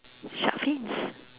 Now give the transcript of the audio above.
shark fins